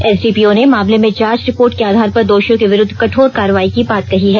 SDPO ने मामले में जांच रिपोर्ट के आधार पर दोषियों के विरुद्ध कठोर कार्रवाई की बात कही है